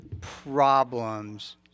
problems